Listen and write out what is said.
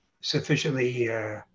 sufficiently